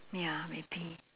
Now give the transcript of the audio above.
ya maybe